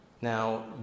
Now